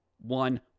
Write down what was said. One